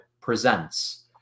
presents